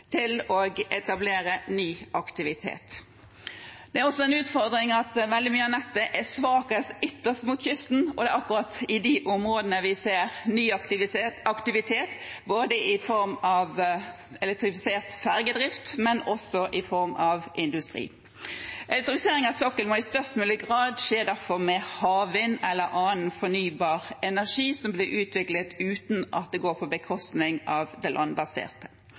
til å etablere ny aktivitet. Det er også en utfordring at veldig mye av nettet er svakest ytterst mot kysten, det er akkurat i de områdene vi ser ny aktivitet både i form av elektrifisert fergedrift og i form av industri. Elektrifisering av sokkelen må derfor i størst mulig grad skje med havvind eller annen fornybar energi som blir utviklet uten at det går på bekostning av det landbaserte.